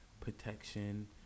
protection